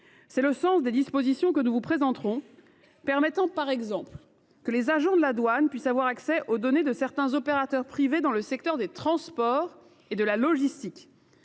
C’est le sens des dispositions que nous vous présenterons, permettant notamment aux agents de la douane d’avoir accès aux données de certains opérateurs privés dans les secteurs des transports et de la logistique.